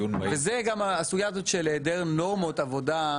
זה גם הסוגיה הזאת של היעדר נורמות עבודה,